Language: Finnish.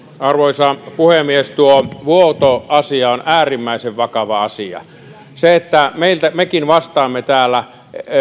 arvoisa puhemies tuo vuotoasia on äärimmäisen vakava asia kun mekin vastaamme täällä